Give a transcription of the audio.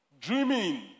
Dreaming